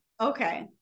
Okay